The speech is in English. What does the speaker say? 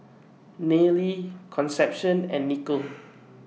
Nayely Concepcion and Nikko